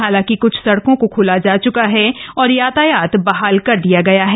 हालांकि कुछ सडकों को खोला जा चुका है और यातायात बहाल कर दिया गया है